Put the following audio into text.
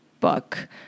book